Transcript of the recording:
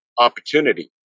opportunity